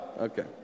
Okay